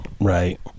Right